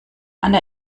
anna